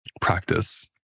practice